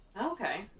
okay